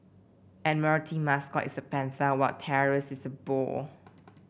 admiralty mascot is a panther while Taurus is a bull